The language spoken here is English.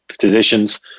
positions